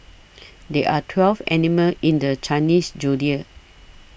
there are twelve animals in the Chinese zodiac